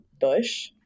Bush